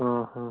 ହଁ ହଁ